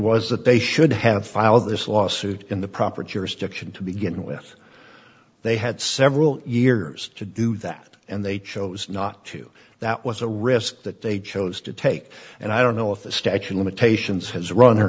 was that they should have filed this lawsuit in the proper jurisdiction to begin with they had several years to do that and they chose not to that was a risk that they chose to take and i don't know if the statue of limitations has run or